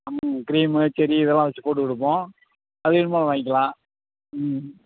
ம் cream cherry இதெல்லாம் வைச்சுப் போட்டுக் கொடுப்போம் அது வேணும்னாலும் வாங்கிக்கலாம் ம்